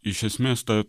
iš esmės ta